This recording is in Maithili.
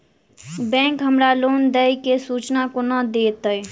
बैंक हमरा लोन देय केँ सूचना कोना देतय?